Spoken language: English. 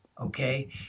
Okay